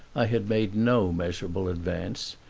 i had made no measurable advance.